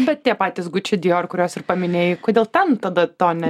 bet tie patys guči dijor kuriuos ir paminėjai kodėl ten tada to ne